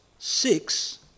Six